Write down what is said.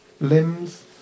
limbs